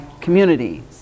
community